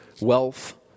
wealth